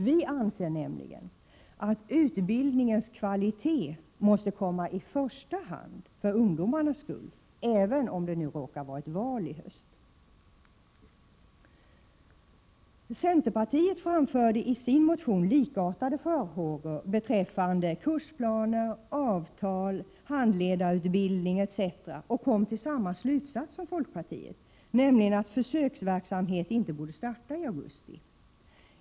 Vi anser nämligen att utbildningens kvalitet måste komma i första hand för ungdomarnas skull, även om det råkar vara ett val i höst. Centerpartiet framförde i sin motion likartade farhågor beträffande kursplaner, avtal, handledarutbildning etc. och kom till samma slutsats som folkpartiet, nämligen att försöksverksamhet inte borde starta i augusti.